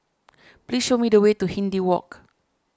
please show me the way to Hindhede Walk